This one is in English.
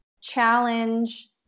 challenge